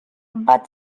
but